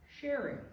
sharing